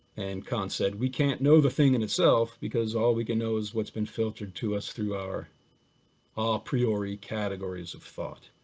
and kant said, we can't know the thing in itself, because all we can know is what's been filtered to us through our a ah priori categories of thought.